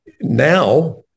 now